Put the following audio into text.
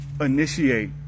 initiate